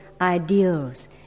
ideals